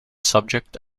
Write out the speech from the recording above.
subject